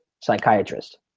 psychiatrist